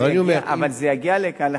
אבל אני אומר, לא, אבל זה יגיע לכאן לחקיקה.